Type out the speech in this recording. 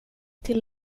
till